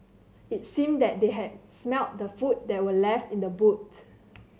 it seemed that they had smelt the food that were left in the boot